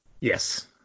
Yes